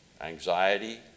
anxiety